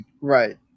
Right